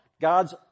God's